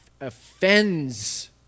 offends